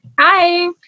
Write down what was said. Hi